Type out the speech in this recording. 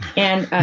and